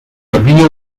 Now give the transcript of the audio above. havia